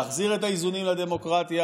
להחזיר את האיזונים לדמוקרטיה,